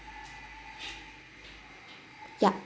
yup